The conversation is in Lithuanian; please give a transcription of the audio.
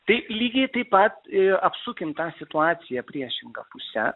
tai lygiai taip pat apsunkinta situacija priešinga puse